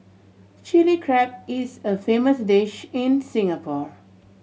Chilli Crab is a famous dish in Singapore